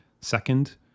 Second